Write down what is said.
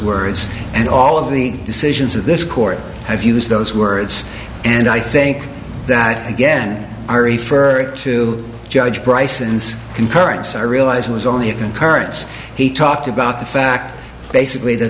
words and all of the decisions of this court have used those words and i think that again ari for it to judge bryson's concurrence i realize it was only a concurrence he talked about the fact basically that